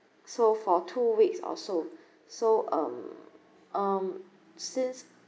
so for two weeks also so um um since